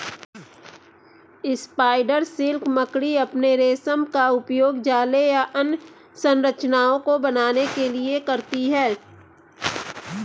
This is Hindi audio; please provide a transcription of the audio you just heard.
स्पाइडर सिल्क मकड़ी अपने रेशम का उपयोग जाले या अन्य संरचनाओं को बनाने के लिए करती हैं